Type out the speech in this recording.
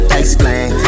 explain